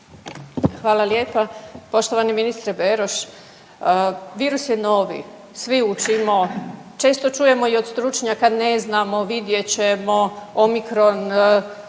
Hvala lijepa. Poštovani ministre Beroš, virus je novi, svi učimo, često čujemo i od stručnjaka ne znamo, vidjet ćemo, Omicron